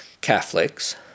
Catholics